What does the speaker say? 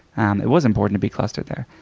um it was important to be clustered there.